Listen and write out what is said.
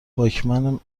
واکمن